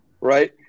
right